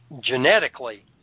genetically